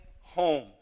home